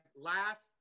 last